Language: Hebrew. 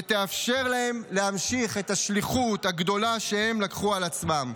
ותאפשר להם להמשיך את השליחות הגדולה שהם לקחו על עצמם.